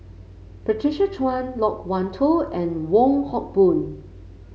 Patricia Chan Loke Wan Tho and Wong Hock Boon